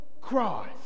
cross